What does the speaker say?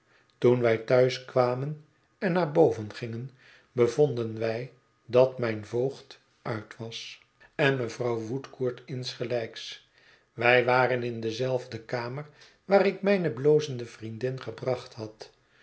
toen wij thuis kwamen en naar boven gingen bevonden wij dat mijn voogd uit was en mevrouw woodcourt insgelijks wij waren in dezelfde kamer waar ik mijne blozende vriendin gebracht had